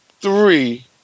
three